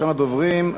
ראשון הדוברים,